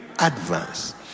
advance